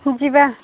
ହଁ ଯିବା